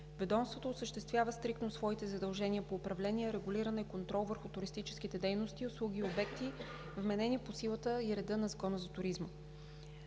Ведомството осъществява стриктно своите задължения по управление, регулиране, контрол върху туристическите дейности, услуги и обекти, вменени по силата и реда на Закона за туризма.